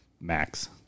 max